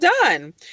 done